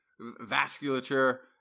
vasculature